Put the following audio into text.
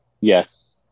yes